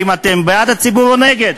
האם בעד הציבור או נגדו.